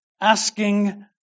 asking